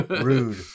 Rude